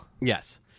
Yes